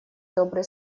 добрые